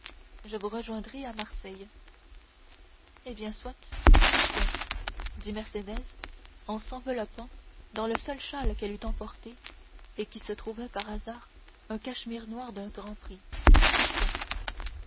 je vous rejoindrai à marseille eh bien soit partons dit mercédès en s'enveloppant dans le seul châle qu'elle eût emporté et qui se trouvait par hasard être un cachemire noir d'un grand prix partons